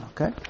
Okay